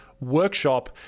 workshop